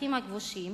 בשטחים הכבושים